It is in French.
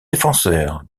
défenseur